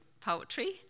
poetry